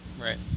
Right